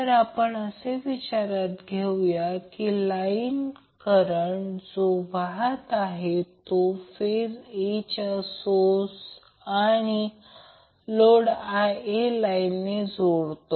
तर आपण असे विचारात घेऊया की करंट जो वाहत आहे तो फेज A च्या सोर्स आणि लोडला Ia लाईनने जोडतो